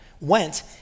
went